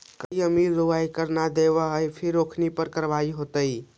कईक अमीर लोग आय कर न देवऽ हई फिर ओखनी पर कारवाही होवऽ हइ